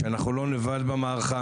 אנחנו לא לבד במערכה,